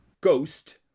ghost